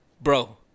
Bro